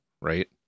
right